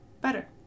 better